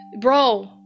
Bro